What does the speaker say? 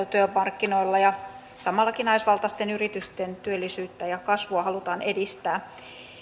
työmarkkinoilla ja samalla naisvaltaisten yritysten työllisyyttä ja kasvua halutaan edistää